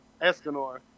Escanor